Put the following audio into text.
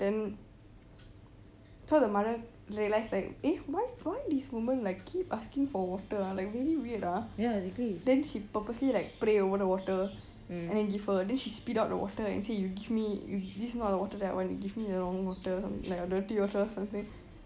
then so the mother realise like eh why why this woman like keep asking for water ah like very weird ah then she purposely like pray over the water and then give her then she spit out the water and say you give me you this not water that I want you give me the wrong water or some like dirty water or something